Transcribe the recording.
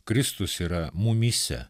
kristus yra mumyse